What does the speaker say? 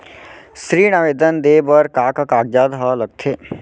ऋण आवेदन दे बर का का कागजात ह लगथे?